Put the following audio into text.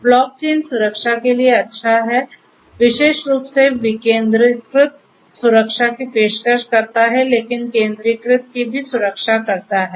block chain सुरक्षा के लिए अच्छा है विशेष रूप से विकेंद्रीकृत सुरक्षा की पेशकश करता है लेकिन केंद्रीकृत की भी सुरक्षा करता है